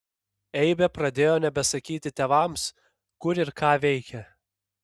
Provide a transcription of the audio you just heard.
eibė pradėjo nebesakyti tėvams kur ir ką veikia